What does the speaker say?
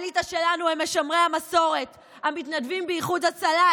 האליטה שלנו הם שומרי המסורת המתנדבים באיחוד הצלה,